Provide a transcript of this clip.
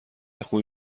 خوبی